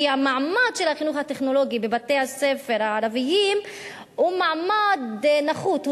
כי המעמד של החינוך הטכנולוגי בבתי-הספר הערביים הוא מעמד נחות,